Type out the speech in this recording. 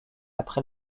après